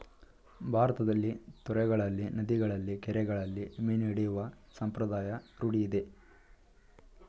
ಭಾರತದಲ್ಲಿ ತೊರೆಗಳಲ್ಲಿ, ನದಿಗಳಲ್ಲಿ, ಕೆರೆಗಳಲ್ಲಿ ಮೀನು ಹಿಡಿಯುವ ಸಂಪ್ರದಾಯ ರೂಢಿಯಿದೆ